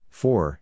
four